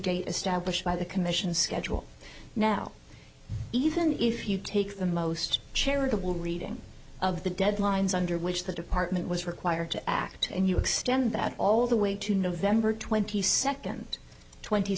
date established by the commission schedule now even if you take the most charitable reading of the deadlines under which the department was required to act and you extend that all the way to november twenty second twenty